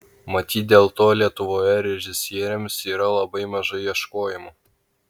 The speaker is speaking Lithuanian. matyt dėl to lietuvoje režisieriams yra labai mažai ieškojimų